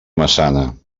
massana